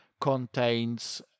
contains